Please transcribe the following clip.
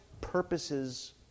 purposes